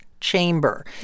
chamber